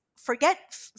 forget